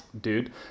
dude